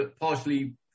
partially